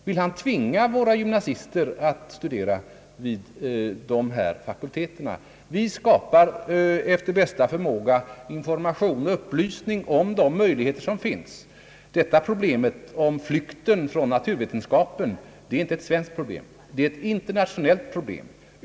Vill han tvinga våra studenter att studera vid de naturvetenskapliga fakulteterna? Vi ger efter bästa förmåga information och upplysningar om de möjligheter som finns. Problemet med flykten från naturvetenskapen är inte bara ett svenskt problem, det är ett internationellt problem.